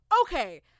okay